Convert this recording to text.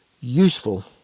useful